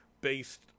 based